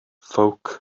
ffowc